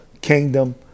kingdom